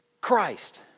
Christ